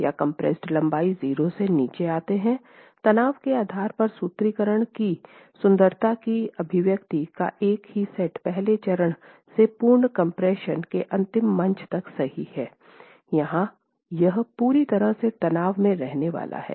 या कंप्रेस्ड लंबाई 0 से नीचे आती है तनाव के आधार पर सूत्रीकरण की सुंदरता कि अभिव्यक्ति का एक ही सेट पहले चरण से पूर्ण कम्प्रेशन के अंतिम मंच तक सही है जहां यह पूरी तरह से तनाव में रहने वाला है